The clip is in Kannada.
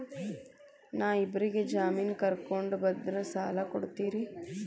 ನಾ ಇಬ್ಬರಿಗೆ ಜಾಮಿನ್ ಕರ್ಕೊಂಡ್ ಬಂದ್ರ ಸಾಲ ಕೊಡ್ತೇರಿ?